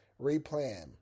Replan